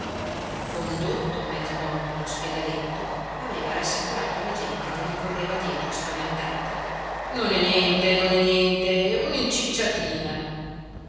condotto mezzo morto all'ospedaletto aveva rassicurato la gente che gli correva dietro spaventata non è niente non è niente un'incicciatina per